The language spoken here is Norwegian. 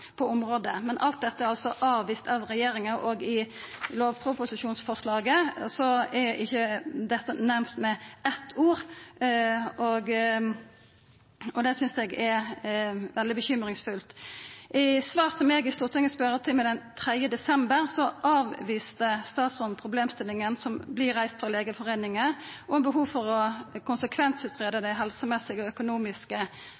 på området, men alt dette er altså avvist av regjeringa. I lovproposisjonsforslaget er ikkje dette nemnt med eitt ord, og det synest eg er veldig bekymringsfullt. I svar til meg i Stortingets spørjetime den 3. desember avviste statsråden problemstillinga som vert reist av Legeforeininga, om eit behov for å